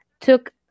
took